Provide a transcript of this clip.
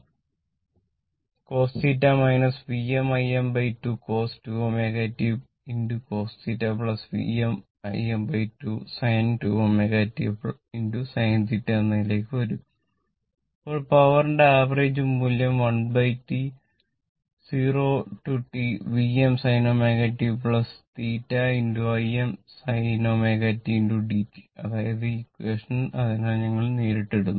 അതിനാൽ ഞങ്ങൾ നേരിട്ട് ഇടുന്നു